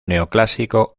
neoclásico